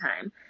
time